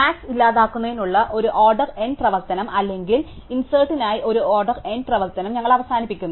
max ഇല്ലാതാക്കുന്നതിനുള്ള ഒരു order N പ്രവർത്തനം അല്ലെങ്കിൽ ഇൻസേറ്റിനായി ഒരു ഓർഡർ N പ്രവർത്തനം ഞങ്ങൾ അവസാനിപ്പിക്കുന്നു